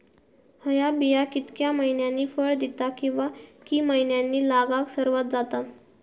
हया बिया कितक्या मैन्यानी फळ दिता कीवा की मैन्यानी लागाक सर्वात जाता?